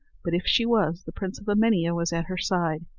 but if she was, the prince of emania was at her side,